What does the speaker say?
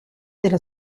della